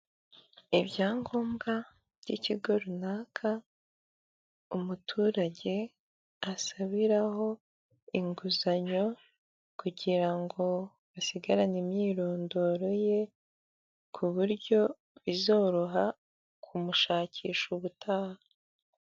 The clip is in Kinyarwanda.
Ibyangombwa by'ikigo runaka umuturage asabiraho inguzanyo kugira ngo basigarane imyirondoro ye ku buryo bizoroha kumushakisha ubutaha.